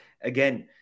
again